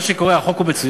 מה שקורה, החוק הוא מצוין.